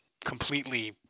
completely